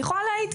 אני יכולה להעיד,